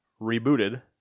rebooted